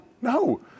no